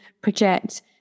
project